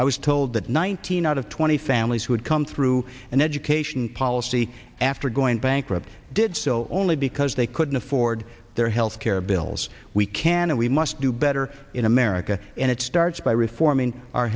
i was told that nineteen out of twenty families who had come through an education policy after going bankrupt did so only because they couldn't afford their health care bills we can and we must do better in america and it starts by reforming our